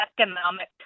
economic